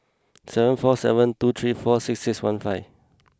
seven four seven two three four six six one five